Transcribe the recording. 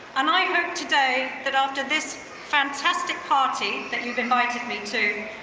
and i hope today, that after this fantastic party that you've invited me to,